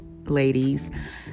ladies